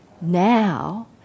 Now